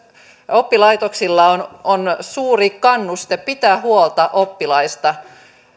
oppilaitoksilla on on suuri kannuste pitää huolta oppilaista